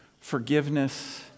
forgiveness